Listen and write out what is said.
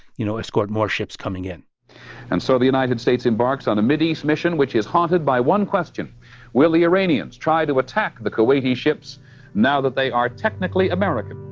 you know, escort more ships coming in and so the united states embarks on a mideast mission which is haunted by one question will the iranians try to attack the kuwaiti ships now that they are technically american?